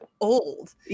old